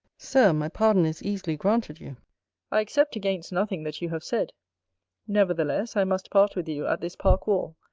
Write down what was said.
sir, my pardon is easily granted you i except against nothing that you have said nevertheless, i must part with you at this park-wall,